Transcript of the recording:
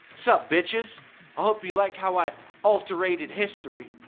sup, bitches? i hope you like how i alterated history.